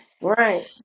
right